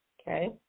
okay